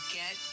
get